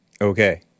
Okay